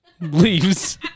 leaves